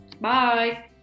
Bye